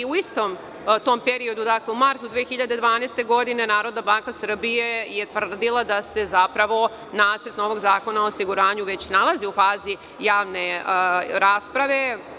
U istom tom periodu, u martu 2012. godine Narodna banka Srbije je tvrdila da se zapravo nacrt novog zakona o osiguranju već nalazi u fazi javne rasprave.